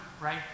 right